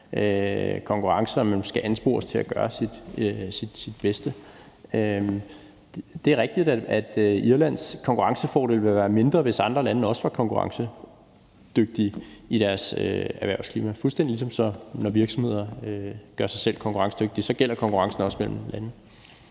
konkurrence, og at man skal anspores til at gøre sit bedste. Det er rigtigt, at Irlands konkurrencefordel ville være mindre, hvis andre lande også var konkurrencedygtige i deres erhvervsklima. Fuldstændig ligesom når virksomheder gør sig selv konkurrencedygtige, gælder konkurrencen også mellem lande.